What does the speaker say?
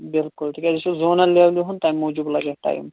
بِلکُل تہِ کیٛازِ اَسہِ اوس زوٗنَل لیٚولہِ ہُنٛد تَمہِ موٗجوٗب لَگہِ اَتھ ٹایِم